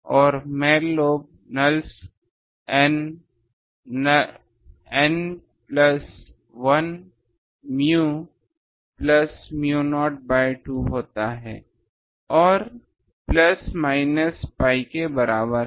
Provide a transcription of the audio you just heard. तो main lobe nulls N plus 1 u plus u0 by 2 होता है और प्लस माइनस pi के बराबर है